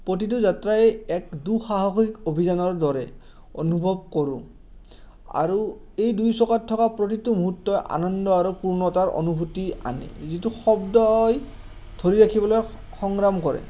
প্ৰতিটো যাত্ৰাই এক দুঃসাহসিক অভিযানৰ দৰে অনুভৱ কৰোঁ আৰু এই দুই চকাত থকা প্ৰতিটো মুহূৰ্তই আনন্দ আৰু পূৰ্ণতাৰ অনুভূতি আনে যিটো শব্দই ধৰি ৰাখিবলৈ সংগ্ৰাম কৰে